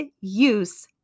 use